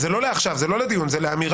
זה לא לעכשיו, לא לדיון, זו אמירה.